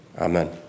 Amen